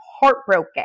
heartbroken